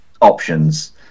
options